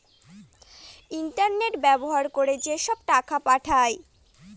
internet ব্যবহার করে যেসব টাকা পাঠায়